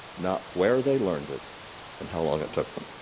not where they learned it and how long it took them.